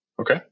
Okay